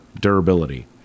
durability